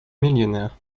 millionaire